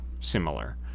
similar